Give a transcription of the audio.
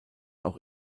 auch